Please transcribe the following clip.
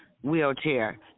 wheelchair